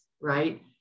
right